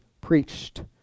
preached